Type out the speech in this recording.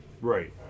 right